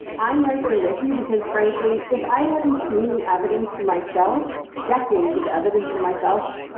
i'm right there with you, because frankly, if i hadn't seen the evidence for myself, decades of evidence for myself,